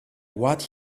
what